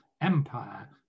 empire